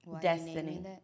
Destiny